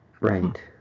Right